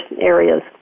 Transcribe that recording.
areas